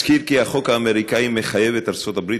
אזכיר כי החוק האמריקני מחייב את ארצות הברית